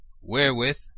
wherewith